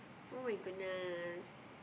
[oh]-my-goodness